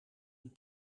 een